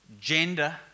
gender